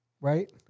Right